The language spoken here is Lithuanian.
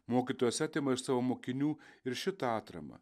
mokytojos atima iš savo mokinių ir šitą atramą